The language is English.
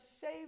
save